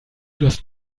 das